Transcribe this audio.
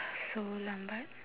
so lambat